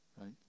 right